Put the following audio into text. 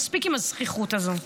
מספיק עם הזחיחות הזאת.